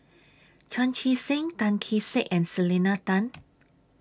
Chan Chee Seng Tan Kee Sek and Selena Tan